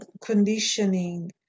conditioning